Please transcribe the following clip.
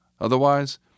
otherwise